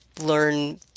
learn